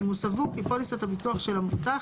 אם הוא סבור כי פוליסת הביטוח של המבוטח